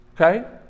Okay